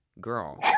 girl